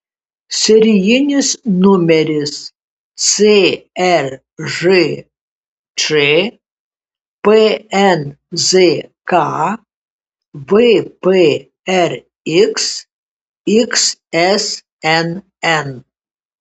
serijinis numeris cržč pnzk vprx xsnn